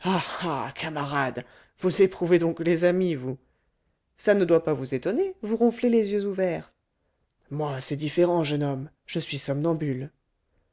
camarade vous éprouvez donc les amis vous ça ne doit pas vous étonner vous ronflez les yeux ouverts moi c'est différent jeune homme je suis somnambule